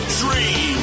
dream